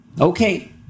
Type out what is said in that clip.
Okay